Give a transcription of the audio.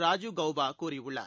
ராஜிவ் கவுபா கூறியுள்ளார்